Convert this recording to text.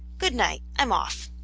good-night i'm off